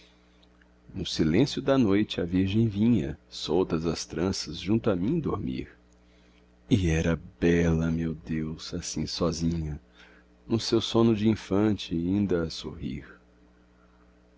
no silêncio da noite a virgem vinha soltas as tranças junto a mim dormir e era bela meu deus assim sozinha no seu sono dinfante inda a sorrir